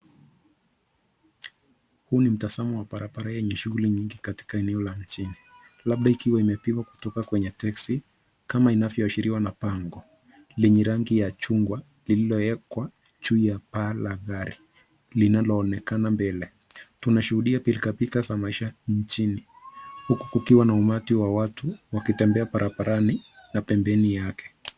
Huu ni mtazamo wa barabara yenye shughuli nyingi katika eneo la mjini labda ikiwa imepigwa kutoka kwenye teksi kama inavyoashiriwa bango lenye rangi ya chungwa lililowekwa juu ya paa la gari linaloonekana mbele. Tunashuhudia pilkapilka za maisha nchini huku kukiwa na umati wa watu wakitembea barabarani na pembeni yake.